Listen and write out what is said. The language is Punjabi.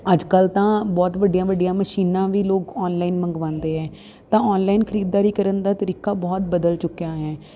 ਅੱਜ ਕੱਲ੍ਹ ਤਾਂ ਬਹੁਤ ਵੱਡੀਆਂ ਵੱਡੀਆਂ ਮਸ਼ੀਨਾਂ ਵੀ ਲੋਕ ਆਨਲਾਈਨ ਮੰਗਵਾਉਂਦੇ ਹੈ ਤਾਂ ਆਨਲਾਈਨ ਖਰੀਦਦਾਰੀ ਕਰਨ ਦਾ ਤਰੀਕਾ ਬਹੁਤ ਬਦਲ ਚੁੱਕਿਆ ਹੈ